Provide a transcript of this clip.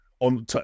On